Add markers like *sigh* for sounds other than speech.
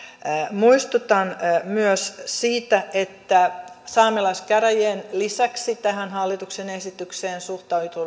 muistutan myös siitä että saamelaiskäräjien lisäksi tähän hallituksen esitykseen suhtautui *unintelligible*